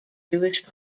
jewish